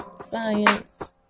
science